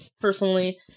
personally